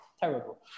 terrible